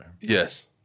Yes